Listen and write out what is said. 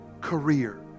career